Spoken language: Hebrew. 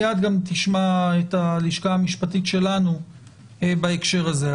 מיד גם תשמע את הלשכה המשפטית שלנו בהקשר הזה.